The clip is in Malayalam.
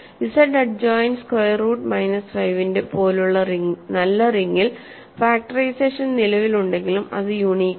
Z adjoint square root minus 5 ന്റെ പോലുള്ള നല്ല റിങ്ങിൽ ഫാക്ടറൈസേഷൻ നിലവിലുണ്ടെങ്കിലും അത് യുണീക് അല്ല